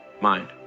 mind